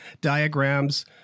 diagrams